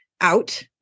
out